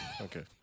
Okay